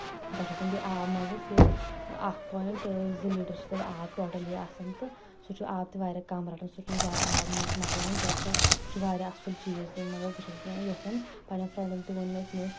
تَتھ چھُ آسان بیٚیہِ آب منٛزس صرف اکھ پوینٛٹ زٕ لیٖٹر چھِ تَتھ آب ٹوٹلی آسان تہٕ سُہ چھُ آب تہِ واریاہ کَم رَٹان سُہ چھُ نہٕ زیادٕ آب منٛز مۄکلاوان کیٚازِ سُہ سُہ چھُ واریاہ اَصٕل چیٖز مطلب بہٕ چھَس یژھان پَنٕنٮ۪ن فریٚنٛڈن تہِ ووٚن مےٚ